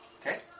Okay